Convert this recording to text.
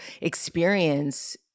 experience